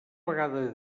vegada